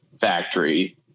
factory